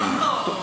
זה לא אותו,